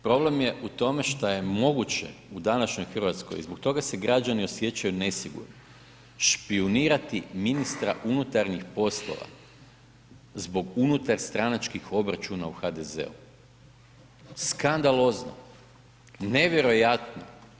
Problem je u tome što je moguće u današnjoj Hrvatskoj i zbog toga se građani osjećaju nesigurno, špijunirati ministra unutarnjih poslova, zbog unutar stranačkih obračuna u HDZ-u, skandalozno, nevjerojatno.